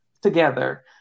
together